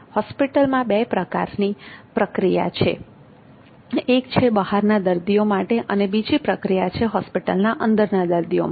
હોસ્પિટલમાં બે પ્રકારની પ્રક્રિયા છે એક છે બહારના દર્દીઓ માટે અને બીજી પ્રક્રિયા છે હોસ્પિટલના અંદરના દર્દીઓ માટે